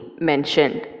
mentioned